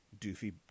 doofy